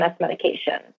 medication